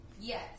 Yes